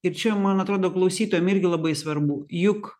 ir čia man atrodo klausytojam irgi labai svarbu juk